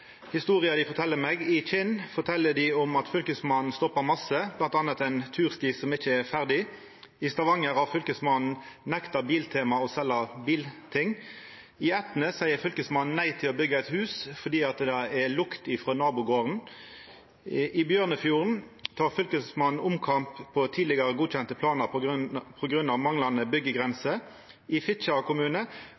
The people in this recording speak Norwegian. dei fortel meg. I Kinn fortel dei at Fylkesmannen stoppar mykje, bl.a. ein tursti som ikkje er ferdig. I Stavanger har Fylkesmannen nekta Biltema å selja bilting. I Etne seier Fylkesmannen nei til å byggja eit hus fordi det er lukt frå nabogarden. I Bjørnefjorden tek Fylkesmannen omkamp på tidlegare godkjende planar på grunn av manglande